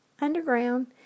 underground